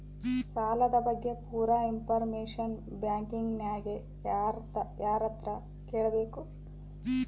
ಸಾಲದ ಬಗ್ಗೆ ಪೂರ ಇಂಫಾರ್ಮೇಷನ ಬ್ಯಾಂಕಿನ್ಯಾಗ ಯಾರತ್ರ ಕೇಳಬೇಕು?